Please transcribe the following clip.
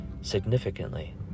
significantly